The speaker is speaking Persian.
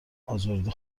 ازرده